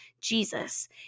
Jesus